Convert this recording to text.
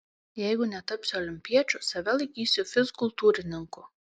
jeigu netapsiu olimpiečiu save laikysiu fizkultūrininku